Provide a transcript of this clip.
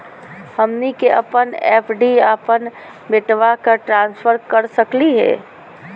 हमनी के अपन एफ.डी अपन बेटवा क ट्रांसफर कर सकली हो?